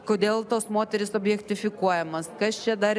kodėl tos moterys objektifikuojamos kas čia dar